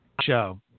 show